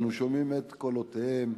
אנו שומעים את קולותיהם,